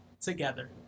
together